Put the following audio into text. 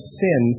sin